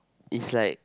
it's like